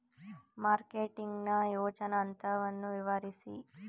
Marketing ನ ಯೋಜನಾ ಹಂತವನ್ನು ವಿವರಿಸಿ?